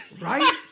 right